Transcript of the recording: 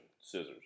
Scissors